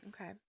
okay